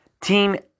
Team